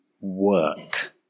work